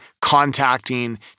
contacting